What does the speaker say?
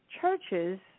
Churches